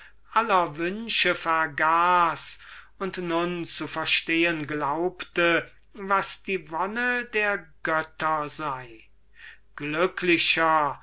aller wünsche vergaß und nun zu verstehen glaubte was die wonne der götter sei glücklicher